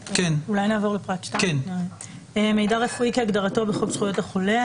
נעבור לפרט 2. "מידע רפואי כהגדרתו בחוק זכויות החולה,